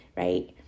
right